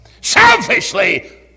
Selfishly